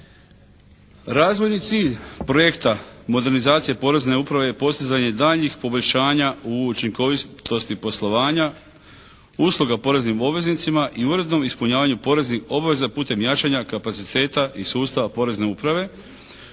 Razvojni cilj projekta modernizacije Porezne uprave je postizanje daljnjih poboljšanja u učinkovitosti poslovanja, usluga poreznim obveznicima i urednom ispunjavanju poreznih obveza putem jačanja kapaciteta i sustava porezne uprave,